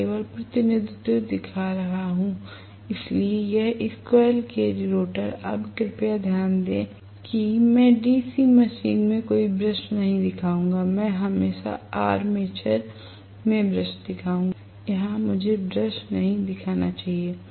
मैं केवल प्रतिनिधित्व दिखा रहा हूं इसलिए यह स्क्वीररेल केज रोटर अब कृपया ध्यान दें कि मैं डीसी मशीन में कोई ब्रश नहीं दिखाऊंगा मैं हमेशा आर्मेचर में ब्रश दिखाऊंगा यहां मुझे ब्रश नहीं दिखाना चाहिए